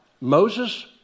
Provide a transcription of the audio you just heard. Moses